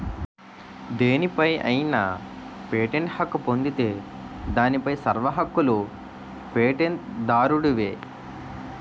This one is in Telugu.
దేనిపై అయినా పేటెంట్ హక్కు పొందితే దానిపై సర్వ హక్కులూ పేటెంట్ దారుడివే